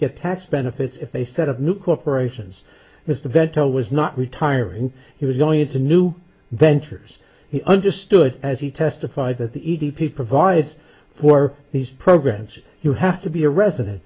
get tax benefits if a set of new corporations is the bento was not retiring he was going into new ventures he understood as he testified that the e d p provides for these programs you have to be a resident